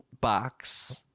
box